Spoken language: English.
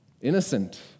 Innocent